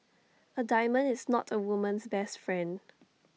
A diamond is not A woman's best friend